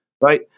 Right